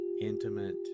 intimate